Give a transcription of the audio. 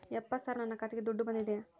ಯಪ್ಪ ಸರ್ ನನ್ನ ಖಾತೆಗೆ ದುಡ್ಡು ಬಂದಿದೆಯ?